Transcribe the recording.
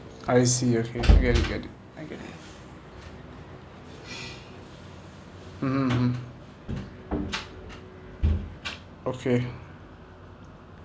I see okay I get it get it I get it mmhmm mmhmm okay